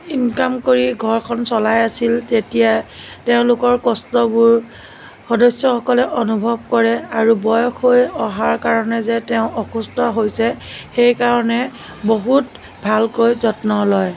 income কৰি ঘৰখন চলাই আছিল তেতিয়া তেওঁলোকৰ কষ্টবোৰ সদস্যসকলে অনুভৱ কৰে আৰু বয়স হৈ অহাৰ কাৰণে যে তেওঁ অসুস্থ হৈছে সেইকাৰণে বহুত ভালকৈ যত্ন লয়